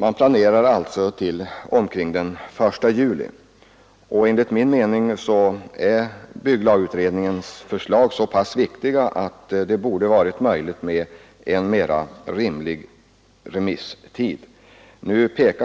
Man planerar alltså att svaren skall vara utarbetade före den 1 juli. Enligt min mening är bygglaglagutredningens förslag så viktiga att det borde varit möjligt med en mera rimlig remisstid.